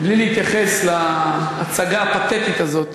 בלי להתייחס להצגה הפתטית הזאת